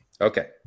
Okay